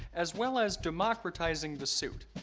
as well as democratizing the suit.